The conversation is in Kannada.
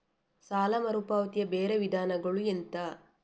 ಸಾಲ ಮರುಪಾವತಿಯ ಬೇರೆ ವಿಧಾನಗಳು ಎಂತ?